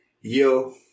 yo